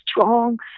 strong